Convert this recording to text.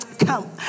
come